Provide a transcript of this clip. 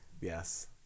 Yes